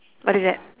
what is that